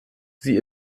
sie